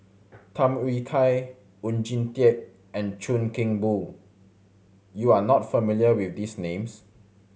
Tham Yui Kai Oon Jin Teik and Chuan Keng Boon you are not familiar with these names